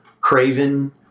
Craven